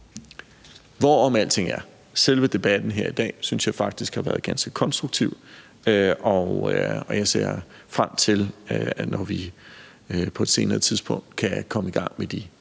jeg, at selve debatten her i dag faktisk har været ganske konstruktiv, og jeg ser frem til, at vi på et senere tidspunkt kan komme i gang med de